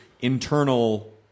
internal